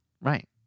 Right